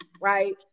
right